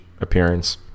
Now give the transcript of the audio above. appearance